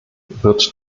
wird